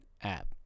app